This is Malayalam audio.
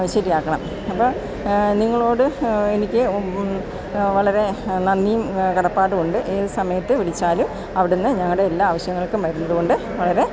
ശരിയാക്കണം അപ്പോള് നിങ്ങളോട് എനിക്ക് വളരെ നന്ദിയും കടപ്പാടുമുണ്ട് ഏത് സമയത്ത് വിളിച്ചാലും അവിടുന്ന ഞങ്ങളുടെ എല്ലാ ആവശ്യങ്ങൾക്കും വരുന്നതുകൊണ്ട് വളരെ